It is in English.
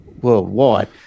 worldwide